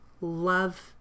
love